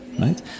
right